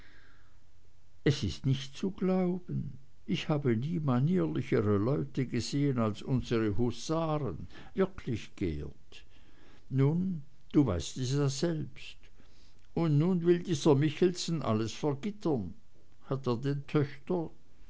es ist nicht zu glauben ich habe nie manierlichere leute gesehen als unsere husaren wirklich geert nun du weißt es ja selbst und nun will dieser michelsen alles vergittern hat er denn töchter